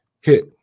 hit